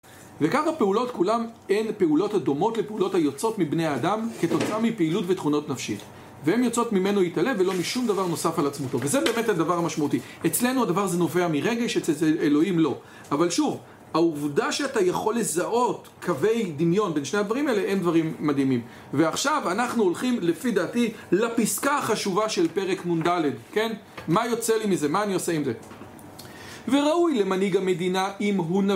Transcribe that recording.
וכך הפעולות כולם הן פעולות דומות לפעולות היוצאות מבני האדם כתוצאה מפעילות ותכונות נפשית. והן יוצאות ממנו יתעלה ולא משום דבר נוסף על עצמותו. וזה באמת הדבר המשמעותי. אצלנו הדבר הזה נובע מרגש, אצל אלוהים לא אבל שוב, העובדה שאתה יכול לזהות קווי דמיון בין שני הדברים האלה הם דברים מדהימים ועכשיו אנחנו הולכים לפי דעתי לפסקה החשובה של פרק נ״ד מה יוצא לי מזה? מה אני עושה עם זה? וראוי למנהיג המדינה אם הוא נ…